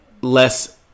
less